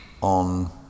on